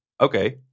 Okay